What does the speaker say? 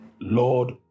lord